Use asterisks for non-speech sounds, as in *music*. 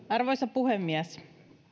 *unintelligible* arvoisa puhemies